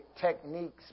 techniques